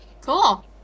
cool